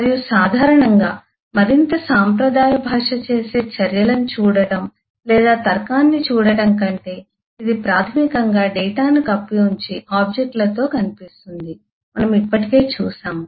మరియు సాధారణంగా మరింత సాంప్రదాయ భాష చేసే చర్యలను చూడటం లేదా తర్కాన్ని చూడటం కంటే ఇది ప్రాథమికంగా డేటాను కప్పి ఉంచి ఆబ్జెక్ట్ లతో కనిపిస్తుంది మనము ఇప్పటికే చూశాము